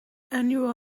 annual